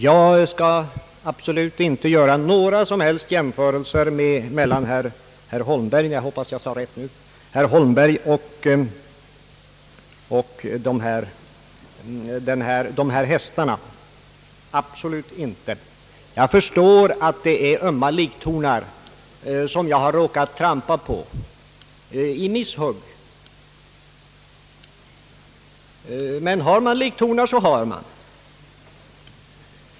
Jag skall inte göra några som helst jämförelser mellan herr Holmberg och dessa hästar även om det finns anledning. Jag förstår att det är ömma liktornar som jag har råkat trampa på. Men har man liktornar så har man!